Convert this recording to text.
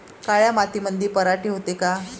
काळ्या मातीमंदी पराटी होते का?